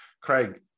Craig